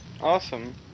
Awesome